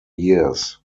years